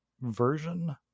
version